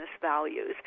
values